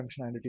functionality